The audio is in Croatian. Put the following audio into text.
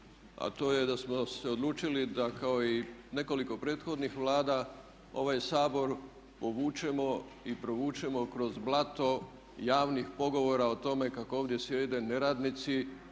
a to je da smo se odlučili da kao i nekoliko prethodnih Vlada ovaj Sabor uvučemo i provučemo kroz blato javnih pogovora o tome kako ovdje sjede neradnici,